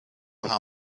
her